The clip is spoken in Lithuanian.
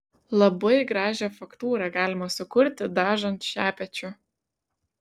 labai gražią faktūrą galima sukurti dažant šepečiu